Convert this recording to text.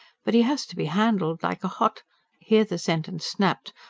but he has to be handled like a hot here the sentence snapped,